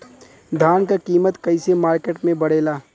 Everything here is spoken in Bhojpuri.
धान क कीमत कईसे मार्केट में बड़ेला?